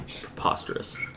preposterous